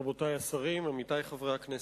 רבותי השרים, עמיתי חברי הכנסת,